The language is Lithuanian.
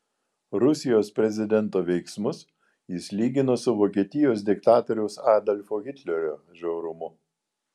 rusijos prezidento veiksmus jis lygino su vokietijos diktatoriaus adolfo hitlerio žiaurumu